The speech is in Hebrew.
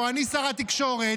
או אני שר התקשורת,